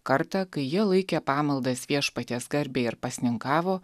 kartą kai jie laikė pamaldas viešpaties garbei ar pasninkavo